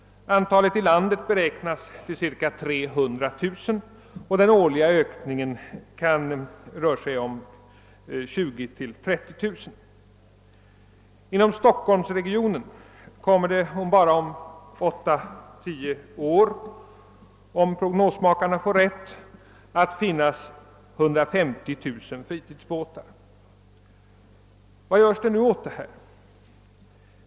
Antalet beräknas för närvarande till cirka 300 000 och den årliga ökningen till mellan 20 000 och 30 000. Inom Stockholmsregionen kommer det om bara 8—10 år att finnas 150 000 fritidsbåtar, om prognosmakarna får rätt. Vad görs nu åt detta?